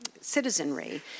citizenry